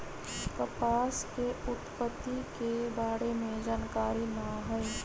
कपास के उत्पत्ति के बारे में जानकारी न हइ